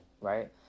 Right